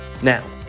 Now